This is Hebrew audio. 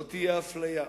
לא תהיה אפליה.